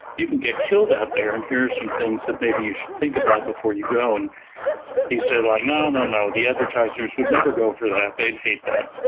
you can get killed out there. and here are some things that maybe you should think about before you go and he said like, no, no, no. the advertisers would never go for that. they'd hate that.